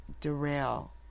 derail